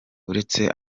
uretse